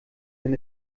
denn